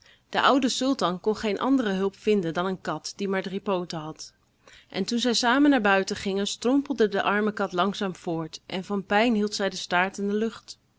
de oude sultan kon geen andere hulp vinden dan een kat die maar drie pooten had en toen zij samen naar buiten gingen strompelde de arme kat langzaam voort en van pijn hield zij den staart in de lucht